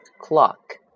Clock